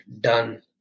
done